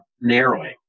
narrowing